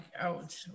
out